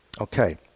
okay